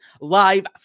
live